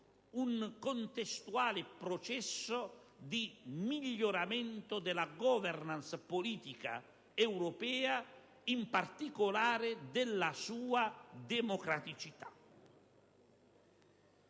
un contestuale processo di miglioramento della *governance* politica europea, in particolare della sua democraticità.